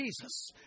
Jesus